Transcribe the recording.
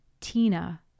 Tina